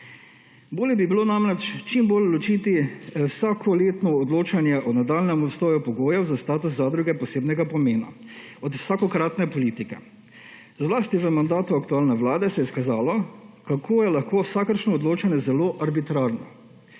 Bolje bi bilo namreč čim bolj ločiti vsakoletno odločanje o nadaljnjem obstoju pogojev za status zadruge posebnega pomena od vsakokratne politike. Zlasti v mandatu aktualne vlade se je izkazalo, kako je lahko vsakršno odločanje zelo arbitrarno,